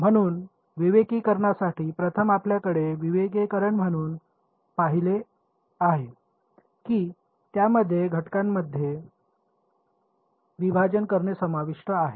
म्हणून विवेकीकरणासाठी प्रथम आपल्याकडे विवेकीकरण म्हणून पाहिले आहे की त्यामध्ये घटकांमध्ये विभाजन करणे समाविष्ट आहे